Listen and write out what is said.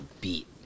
beat